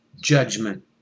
judgment